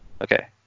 Okay